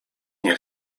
nie